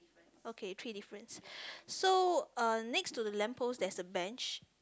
okay three difference so uh next to the lamp post there is a bench